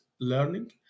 learning